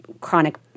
chronic